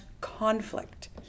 conflict